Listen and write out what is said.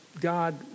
God